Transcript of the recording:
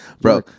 Bro